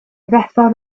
fethodd